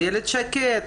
איילת שקד,